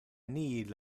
nihil